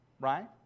right